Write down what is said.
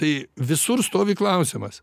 tai visur stovi klausimas